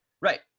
Right